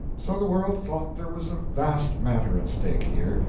so the world thought there was a vast matter at stake here,